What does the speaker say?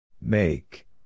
Make